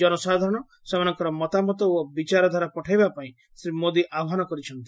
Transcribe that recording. ଜନସାଧାରଣ ସେମାନଙ୍କର ମତାମତ ଓ ବିଚାରଧାରା ପଠାଇବାପାଇଁ ଶ୍ରୀ ମୋଦି ଆହ୍ୱାନ କରିଛନ୍ତି